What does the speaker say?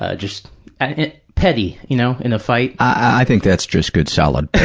ah just petty, you know, in a fight. i think that's just good, solid